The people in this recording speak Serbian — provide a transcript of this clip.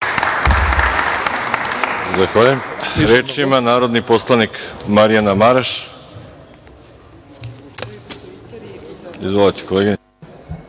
Reč ima narodni poslanik Marjana Maraš.